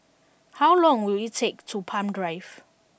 how long will it take to Palm Drive